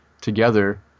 together